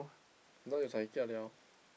I thought you zai kia [liao]